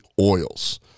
oils